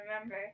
remember